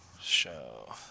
show